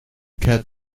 cat